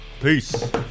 Peace